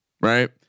Right